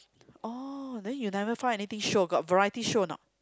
oh then you never find anything show got variety show a not